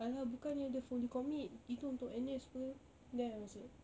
ah lah bukannya dia fully commit itu untuk N_S apa then I was err